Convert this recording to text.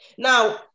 Now